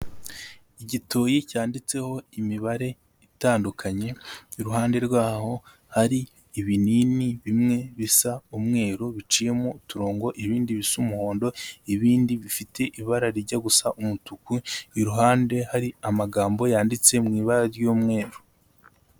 Igitoyi cyanditseho imibare itandukanye, iruhande rw.aho hari ibinini bimwe bisa umweru biciyemo uturongo, ibindi bisa umuhondo, ibindi bifite ibara rijya gusa umutuku. Iruhande hari amagambo yanditse mu ibara ry'umweru.